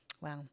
Wow